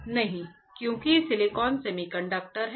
नहीं क्योंकि silicon semiconductor है